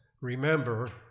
remember